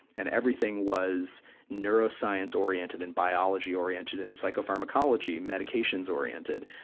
and everything was neuroscience-oriented and biology-oriented and psychopharmacology, medications-oriented.